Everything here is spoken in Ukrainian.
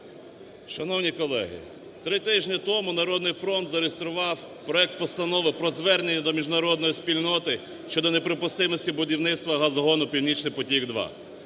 Шановні колеги! Три тижні тому "Народний фронт" зареєстрував проект постанови про звернення до міжнародної спільноти щодо неприпустимості будівництва газогону "Північний потік-2".